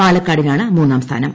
പാലക്കാടിനാണ് മുന്നാം സ്ഥാനം